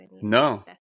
No